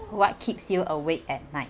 what keeps you awake at night